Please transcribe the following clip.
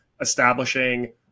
establishing